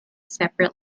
separate